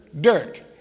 Dirt